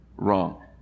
Wrong